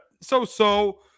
so-so